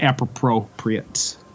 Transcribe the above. appropriate